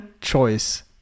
choice